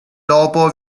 dopo